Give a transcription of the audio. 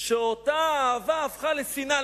שאותה האהבה הפכה לשנאה.